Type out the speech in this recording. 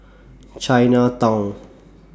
Chinatown